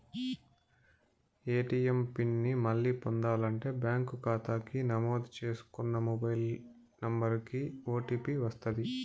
ATM PIN ని మళ్ళీ పొందాలంటే బ్యాంకు కాతాకి నమోదు చేసుకున్న మొబైల్ నంబరికి ఓ.టీ.పి వస్తది